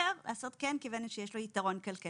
בוחר לעשות כן כיוון שמן הסתם יש לו יתרון כלכלי.